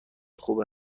خوبه